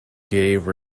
gave